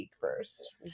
first